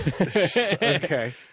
Okay